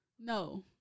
No